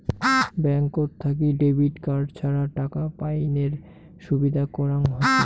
ব্যাঙ্কত থাকি debit card ছাড়া টাকা পাইনের সুবিধা করাং হসে